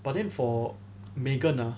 but then for megan ah